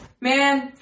Man